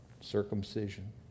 circumcision